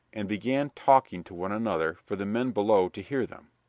and began talking to one another for the men below to hear them.